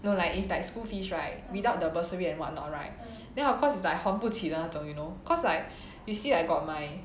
no like it's like school fees right without the bursary and what not right then of course is like 还不起的那种 you know cause like you see I got my